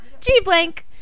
G-blank